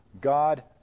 God